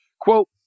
Quote